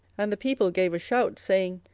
and the people gave a shout, saying,